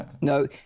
no